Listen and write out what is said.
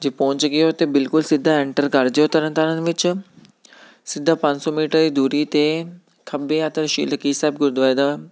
ਜੇ ਪਹੁੰਚ ਗਏ ਹੋ ਤਾਂ ਬਿਲਕੁਲ ਸਿੱਧਾ ਐਂਟਰ ਕਰ ਜਾਉ ਤਰਨ ਤਾਰਨ ਵਿੱਚ ਸਿੱਧਾ ਪੰਜ ਸੌ ਮੀਟਰ ਦੂਰੀ 'ਤੇ ਖੱਬੇ ਹੱਥ ਸ਼ਿਲਕੀ ਸਾਹਿਬ ਗੁਰਦੁਆਰਾ ਦਾ